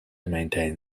maintain